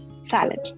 salad